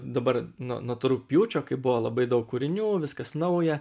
dabar nuo nuo rugpjūčio kai buvo labai daug kūrinių viskas nauja